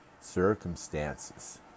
circumstances